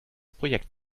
projekt